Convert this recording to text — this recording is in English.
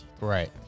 Right